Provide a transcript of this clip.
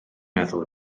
meddwl